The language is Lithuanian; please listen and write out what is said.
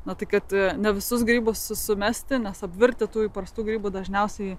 na tai kad ne visus grybus su sumesti nes apvirtę tų įprastų grybų dažniausiai